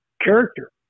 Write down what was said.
character